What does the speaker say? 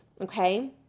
okay